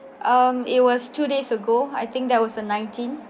um it was two days ago I think that was the nineteenth